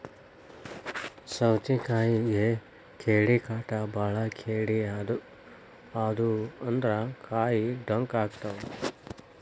ಸೌತಿಕಾಯಿಗೆ ಕೇಡಿಕಾಟ ಬಾಳ ಕೇಡಿ ಆದು ಅಂದ್ರ ಕಾಯಿ ಡೊಂಕ ಅಕಾವ್